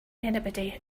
anybody